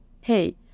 hey